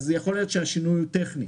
יכול להיות שהשינוי הוא טכני.